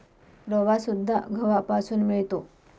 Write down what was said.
रवासुद्धा गव्हापासून मिळतो